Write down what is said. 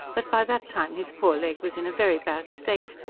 but by that time his poor leg was in a very bad state.